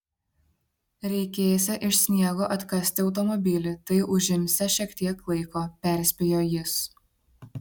reikėsią iš sniego atkasti automobilį tai užimsią šiek tiek laiko perspėjo jis